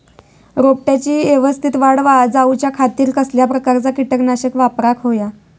रोपट्याची यवस्तित वाढ जाऊच्या खातीर कसल्या प्रकारचा किटकनाशक वापराक होया?